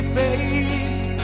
face